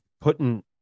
putting